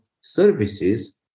services